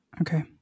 Okay